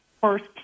first